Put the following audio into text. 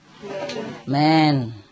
Man